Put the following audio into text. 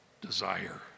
desire